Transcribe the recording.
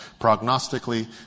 prognostically